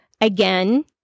again